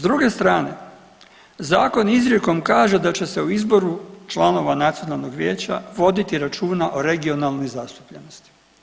S druge strane zakon izrijekom kaže da će se o izboru članova nacionalnog vijeća voditi računa o regionalnoj zastupljenosti.